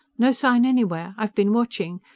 no sign anywhere. i've been watching.